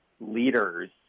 leaders